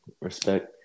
Respect